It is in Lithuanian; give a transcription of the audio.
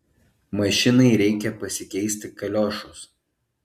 mašinai reikia pasikeisti kaliošus